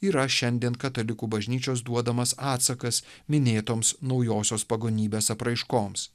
yra šiandien katalikų bažnyčios duodamas atsakas minėtoms naujosios pagonybės apraiškoms